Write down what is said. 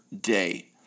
day